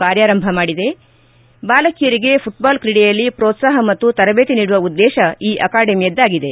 ಕಾರ್ಯಾರಂಭ ಮಾಡಿದೆ ಬಾಲಕಿಯರಿಗೆ ಘಟ್ಬಾಲ್ ಕ್ರೀಡೆಯಲ್ಲಿ ಹೋತ್ಸಾಪ ಮತ್ತು ತರದೇತಿ ನೀಡುವ ಉದ್ಲೇಶ ಈ ಅಕಾಡೆಮಿಯದಾಗಿದೆ